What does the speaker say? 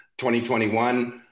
2021